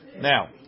Now